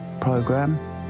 program